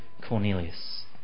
Cornelius